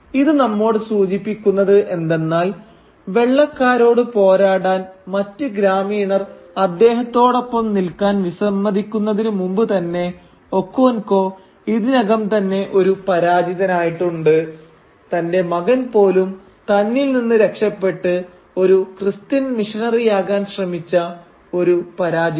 ഇത് നമ്മോട് സൂചിപ്പിക്കുന്നത് എന്തെന്നാൽ വെള്ളക്കാരോട് പോരാടാൻ മറ്റ് ഗ്രാമീണർ അദ്ദേഹത്തോടൊപ്പം നിൽക്കാൻ വിസമ്മതിക്കുന്നതിനു മുമ്പുതന്നെ ഒക്കോൻകോ ഇതിനകം തന്നെ ഒരു പരാജിതൻ ആയിട്ടുണ്ട് തന്റെ മകൻ പോലും തന്നിൽ നിന്ന് രക്ഷപ്പെട്ട് ഒരു ക്രിസ്ത്യൻ മിഷണറിയാകാൻ ശ്രമിച്ച ഒരു പരാജിതൻ